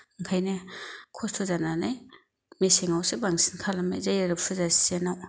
ओंखायनो खस्थ' जानानै मेसेंआवसो बांसिन खालामनाय जायो आरो फुजा सिगाङाव